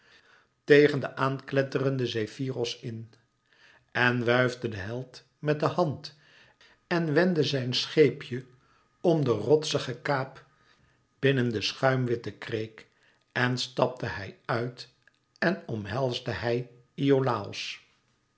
tegen den aankletterenden zefyros in en wuifde de held met de hand en wendde zijn scheepje om de rotsige kaap binnen de schuimwitte kreek en sta pte hij uit en omhelsde hij iolàos